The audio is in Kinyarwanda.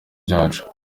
byacu